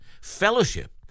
Fellowship